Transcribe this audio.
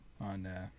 on